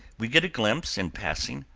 we get a glimpse, in passing,